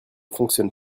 fonctionne